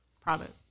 Product